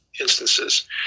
instances